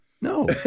No